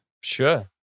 Sure